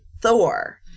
Thor